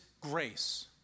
grace